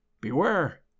Beware